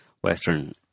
Western